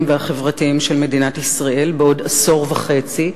והחברתיים של מדינת ישראל בעוד עשור וחצי.